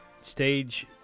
stage